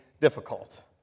difficult